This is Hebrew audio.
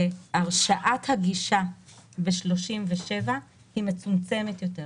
שהרשאת הגישה בסעיף 37 מצומצמת יותר,